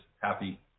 happy